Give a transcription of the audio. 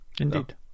Indeed